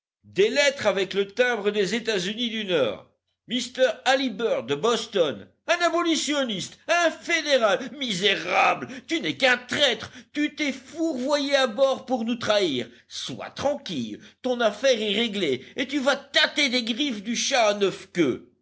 des lettres avec le timbre des etats-unis du nord m halliburtt de boston un abolitionniste un fédéral misérable tu n'es qu'un traître tu t'es fourvoyé à bord pour nous trahir sois tranquille ton affaire est réglée et tu vas tâter des griffes du chat à neuf queues